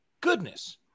Goodness